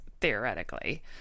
theoretically